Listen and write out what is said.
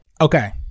Okay